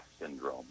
syndrome